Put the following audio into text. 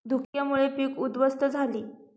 धुक्यामुळे पीक उध्वस्त झाले